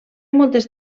moltes